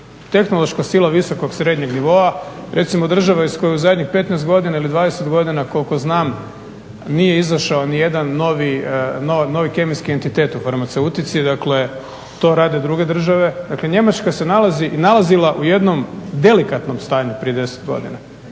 tehnološka sila visokog, srednjeg nivoa, recimo država iz koje u zadnjih 15 ili 20 godina koliko znam nije izašao novi kemijski entitet u farmaceutici, dakle to rade druge države. Dakle Njemačka se nalazila u jednom delikatnom stanju prije 10 godina